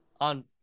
on